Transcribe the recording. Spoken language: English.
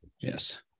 Yes